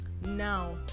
Now